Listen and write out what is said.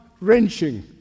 wrenching